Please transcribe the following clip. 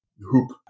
hoop